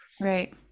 Right